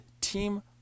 Team